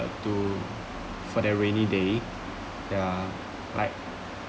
to for their rainy day ya like